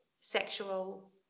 sexual